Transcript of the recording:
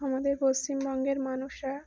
আমাদের পশ্চিমবঙ্গের মানুষরা